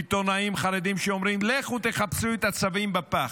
-- עיתונאים חרדים שאומרים: לכו תחפשו את הצווים בפח,